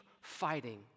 fighting